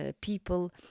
people